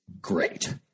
great